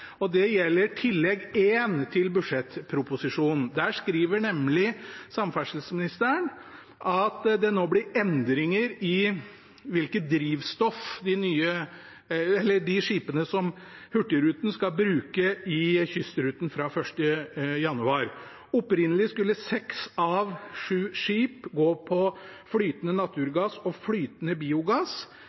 Det gjelder Tillegg 1 til budsjettproposisjonen. Der skriver nemlig samferdselsministeren at det nå blir endringer i hvilke drivstoff hurtigruteskipene skal bruke i kystruten fra 1. januar. Opprinnelig skulle seks av sju skip gå på flytende naturgass og flytende biogass.